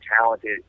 talented